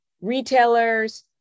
retailers